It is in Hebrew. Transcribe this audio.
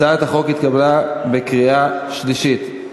הצעת החוק התקבלה בקריאה שלישית.